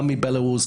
גם מבלרוס,